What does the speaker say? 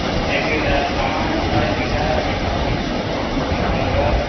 ಮತ್ತು ಹೆಂಗ್ ಇದು ಸಾಮಾನು ಬಾಳತ್ರಿಗಾ ಹೆಂಗೆ ಮಾಡುದು ರೀ ತಗೊಂಡು ಹೋಗೊಂದೋ